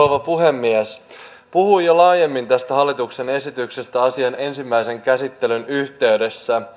puhuin jo laajemmin tästä hallituksen esityksestä asian ensimmäisen käsittelyn yhteydessä